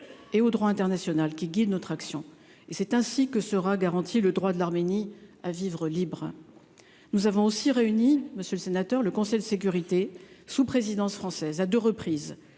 et au droit international qui guident notre action et c'est ainsi que sera garanti le droit de l'Arménie à vivre libre, nous avons aussi réunis, monsieur le sénateur, le Conseil de sécurité sous présidence française à 2 reprises